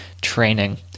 training